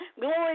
Glory